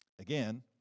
Again